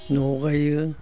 न'आव गायो